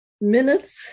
minutes